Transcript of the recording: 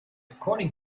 according